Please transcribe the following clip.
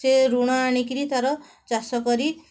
ସେ ଋଣ ଆଣିକରି ତା'ର ଚାଷ କରି